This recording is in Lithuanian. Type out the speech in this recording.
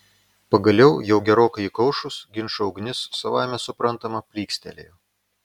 pagaliau jau gerokai įkaušus ginčo ugnis savaime suprantama plykstelėjo